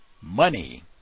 money